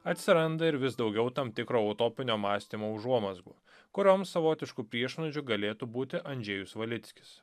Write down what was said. atsiranda ir vis daugiau tam tikro utopinio mąstymo užuomazgų kurioms savotišku priešnuodžiu galėtų būti andžejus valickis